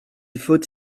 faut